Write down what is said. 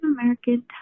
American